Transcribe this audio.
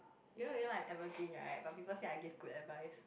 you do you do I'm ever green right but people say I give good advice